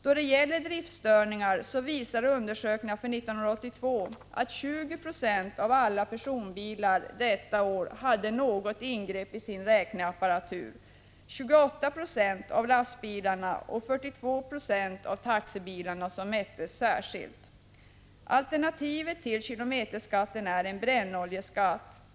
Då det gäller driftstörningar visar undersökningar för 1982 att det i 20 9c av alla personbilar hade förekommit något ingrepp i räkneapparaturen. Motsvarande siffra för lastbilarna och taxibilarna, som mättes särskilt, var 28 Ie resp. 42 I. Alternativet till kilometerskatten är en brännoljeskatt.